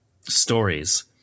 stories